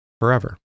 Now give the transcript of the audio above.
forever